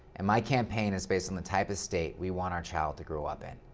and my campaign is based on the type of state we want our child to grow up in.